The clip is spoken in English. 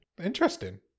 Interesting